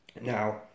Now